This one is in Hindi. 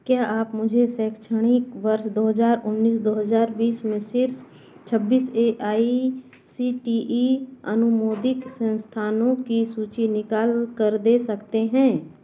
क्या आप मुझे शैक्षणिक वर्ष दो हज़ार उन्नीस दो हज़ार बीस में शीर्ष छब्बीस A I C T E अनुमोदित संस्थानों की सूची निकाल कर दे सकते हैं